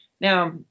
Now